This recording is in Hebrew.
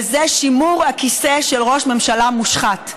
וזה שימור הכיסא של ראש ממשלה מושחת.